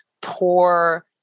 poor